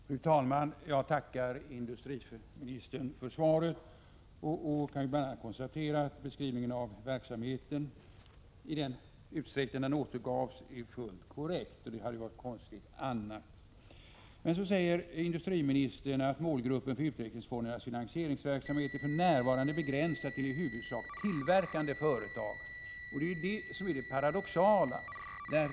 Fru talman! Jag tackar industriministern för svaret. Jag kan bl.a. konstatera att beskrivningen av verksamheten i den utsträckning som den redovisades är fullt korrekt — och det hade varit konstigt annars. Industriministern säger i svaret: ”Målgruppen för utvecklingsfondernas finansieringsverksamhet är för närvarande begränsad till i huvudsak tillverkande företag.” Det är det som är det paradoxala.